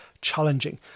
challenging